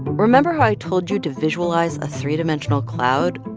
remember how i told you to visualize a three-dimensional cloud?